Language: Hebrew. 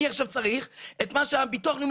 אני עכשיו צריך את מה שהביטוח הלאומי